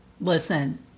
listen